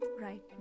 right